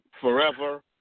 forever